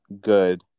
good